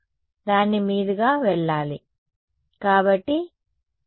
కాబట్టి ఇది LA 2 ∫ IAz' Kzz′ dz' LB 2 ∫ IB z" Kzz′' dz" 0 z ∈ B అవుతుంది